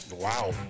Wow